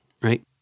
right